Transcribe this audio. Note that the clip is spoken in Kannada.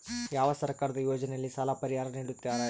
ಯಾವ ಸರ್ಕಾರದ ಯೋಜನೆಯಲ್ಲಿ ಸಾಲ ಪರಿಹಾರ ನೇಡುತ್ತಾರೆ?